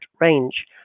range